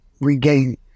regain